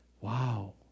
Wow